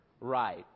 right